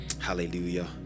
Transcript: Hallelujah